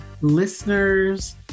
listeners